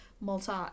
Malta